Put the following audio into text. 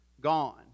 gone